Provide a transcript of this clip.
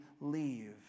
leave